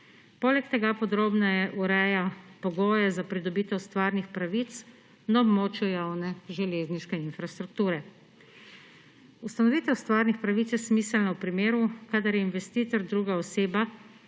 poleg tega podrobneje ureja pogoje za pridobitev stvarnih pravic na območju javne železniške infrastrukture. Ustanovitev stvarnih pravic je smiselna v primeru, kadar je investitor druga oseba,